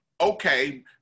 okay